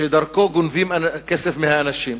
שדרכו גונבים כסף מהאנשים.